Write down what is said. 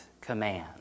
command